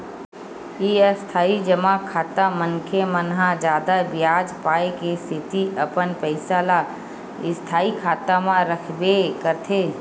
इस्थाई जमा खाता मनखे मन ह जादा बियाज पाय के सेती अपन पइसा ल स्थायी खाता म रखबे करथे